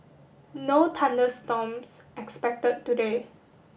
no thunder storms expected today